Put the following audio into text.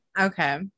Okay